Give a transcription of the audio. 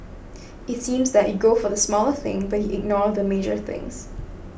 it seems that you go for the smaller thing but you ignore the major things